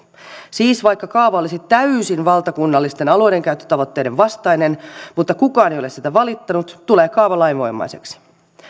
siis vaikka kaava olisi täysin valtakunnallisten alueidenkäyttötavoitteiden vastainen mutta kukaan ei ole siitä valittanut tulee kaava lainvoimaiseksi